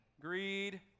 Greed